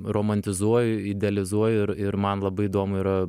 romantizuoju idealizuoju ir ir man labai įdomu yra